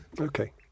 Okay